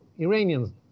Iranians